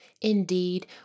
Indeed